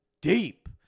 deep